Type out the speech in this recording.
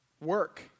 Work